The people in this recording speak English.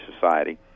society